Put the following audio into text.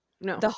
no